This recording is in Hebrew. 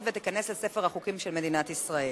ותיכנס לספר החוקים של מדינת ישראל.